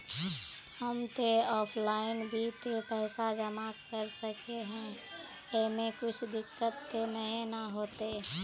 हम ते ऑफलाइन भी ते पैसा जमा कर सके है ऐमे कुछ दिक्कत ते नय न होते?